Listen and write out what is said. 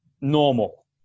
normal